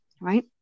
right